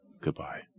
Goodbye